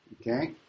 Okay